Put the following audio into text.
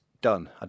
done